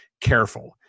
careful